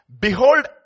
Behold